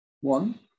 one